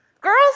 Girls